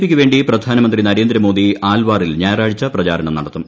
P ക്കുവേണ്ടി പ്രധാനമന്ത്രി നരേന്ദ്രമോദി ആൽവാറിൽ ഞായറാഴ്ച പ്രചാരണം നടത്തും